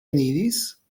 eniris